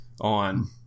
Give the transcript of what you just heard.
on